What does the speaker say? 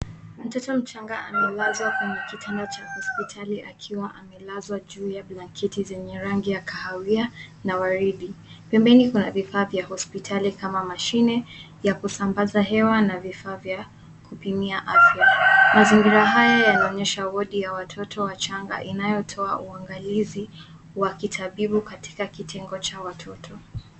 Mtoto mchanga amelazwa kwenye kitanda cha hospitali akiwa amelazwa juu ya blanketi zenye rangi ya kahawia na waridi. Pembeni kuna vifaa vya hospitali kama mashine ya kusambaza hewa na vifaa vya kupimia afya. Mazingira haya yanaonyesha wadi ya watoto wachanga inayotoa uangalizi wa kitabibu katika kitengo cha watoto.